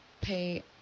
pay